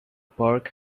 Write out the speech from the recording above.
park